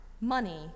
money